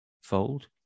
fold